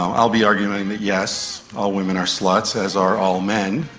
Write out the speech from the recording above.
i'll be arguing that yes, all women are sluts, as are all men,